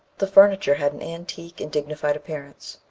the furniture had an antique and dignified appearance.